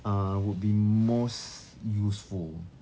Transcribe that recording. uh would be most useful